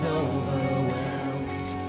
overwhelmed